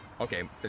Okay